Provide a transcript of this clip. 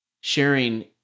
sharing